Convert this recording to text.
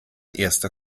erster